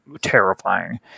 terrifying